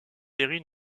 série